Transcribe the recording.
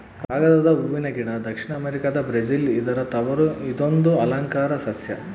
ಕಾಗದ ಹೂವನ ಗಿಡ ದಕ್ಷಿಣ ಅಮೆರಿಕಾದ ಬ್ರೆಜಿಲ್ ಇದರ ತವರು ಇದೊಂದು ಅಲಂಕಾರ ಸಸ್ಯ